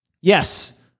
yes